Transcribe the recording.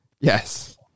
yes